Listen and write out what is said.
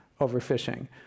overfishing